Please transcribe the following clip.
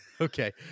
Okay